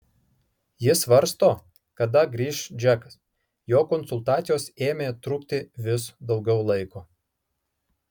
ji svarsto kada grįš džekas jo konsultacijos ėmė trukti vis daugiau laiko